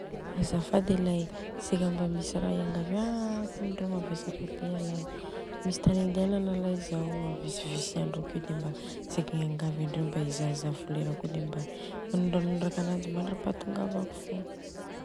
Azafady alay. seka mba misy ra iangaviako andreo mavesatra be alay, Misy tany andianana alay zao Io a vitsivitsy andro akeo de mba seka iangavy andreo mba izahazaha i folerako io de mba anondranondraka ananjy mandrampa itongavako fogna.